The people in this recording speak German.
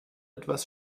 etwas